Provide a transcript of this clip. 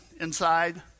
inside